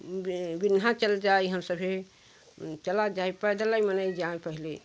बिन्हा चल जाए हम सभी चला जाए पैदलय मने जाईं पहले